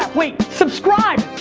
wait, subscribe!